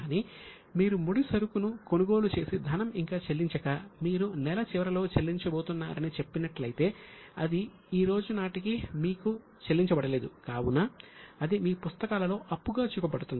కానీ మీరు ముడిసరుకును కొనుగోలు చేసి ధనం ఇంకా చెల్లించక మీరు నెల చివరిలో చెల్లించబోతున్నారని చెప్పినట్లయితే అది ఈ రోజు నాటికి ఇంకా చెల్లించబడలేదు కావున అది మీ పుస్తకాలలో అప్పుగా చూపబడుతుంది